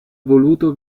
voluto